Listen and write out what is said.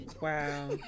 wow